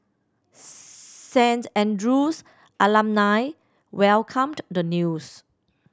Saint Andrew's alumni welcomed the news